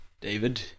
David